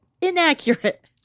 Inaccurate